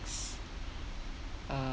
uh